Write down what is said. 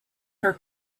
her